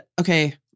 okay